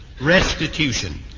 restitution